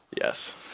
Yes